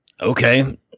Okay